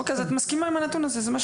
אוקיי, אז את מסכימה עם הנתון הזה.